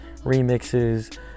remixes